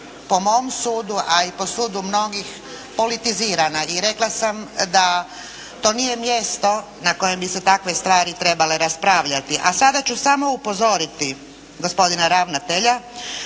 po mom sudu, a i po sudu mnogih politizirana. I rekla sam da to nije mjesto na kojem bi se takve stvari trebale raspravljati. A sada ću samo upozoriti gospodina ravnatelja